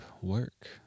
work